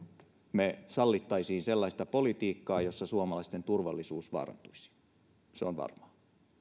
me sallisimme sellaista politiikkaa jolla suomalaisten turvallisuus vaarantuisi se on varmaa